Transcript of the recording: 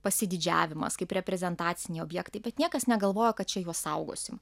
pasididžiavimas kaip reprezentaciniai objektai bet niekas negalvojo kad čia juos saugosim